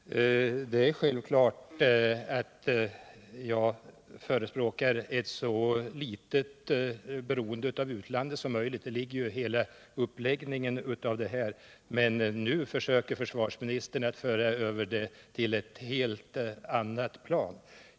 Herr talman! Självklart förespråkar jag ett så litet beroende av utlandet som möjligt. Det visar hela uppläggningen av diskussionen. Men nu försöker försvarsministern föra över den på ett helt annat plan.